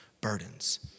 burdens